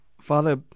Father